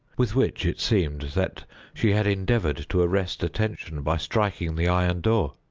with which, it seemed, that she had endeavored to arrest attention by striking the iron door.